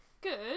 good